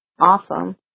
Awesome